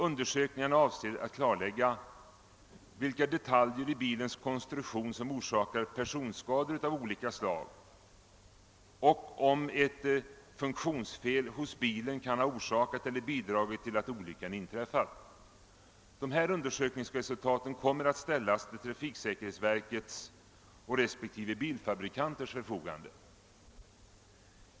Undersökningarna avser att klarlägga vilka detaljer i bilens konstruktion som orsakar personskador av olika slag och om ett funktionsfel kan ha orsakat eller bidragit till att olyckan inträffat. Undersökningsresultaten kommer att ställas till trafiksäkerhetsverkets och respektive bilfabrikanters förfogande.